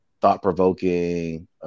thought-provoking